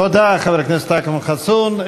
תודה, חבר הכנסת אכרם חסון.